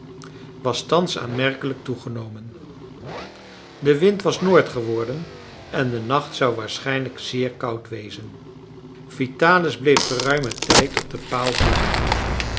was thans aanmerkelijk toegenomen de wind was noord geworden en de nacht zou waarschijnlijk zeer koud wezen vitalis bleef geruimen tijd op den paal zitten